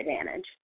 advantage